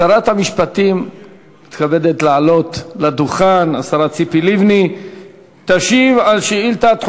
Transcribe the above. שרת המשפטים ציפי לבני מתכבדת לעלות לדוכן.